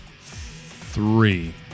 three